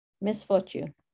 misfortune